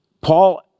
Paul